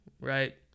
Right